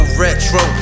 retro